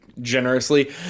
generously